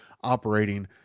operating